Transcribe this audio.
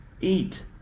eat